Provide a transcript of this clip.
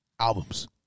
Albums